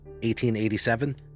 1887